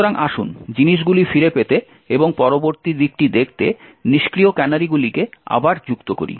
সুতরাং আসুন জিনিসগুলি ফিরে পেতে এবং পরবর্তী দিকটি দেখতে নিষ্ক্রিয় ক্যানারিগুলিকে আবার যুক্ত করি